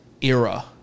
era